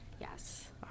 Yes